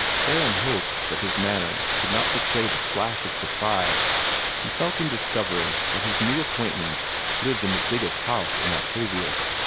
theron hoped that his manner did not betray the flash of surprise he felt in discovering that his new acquaintance lived in the biggest house in octavius.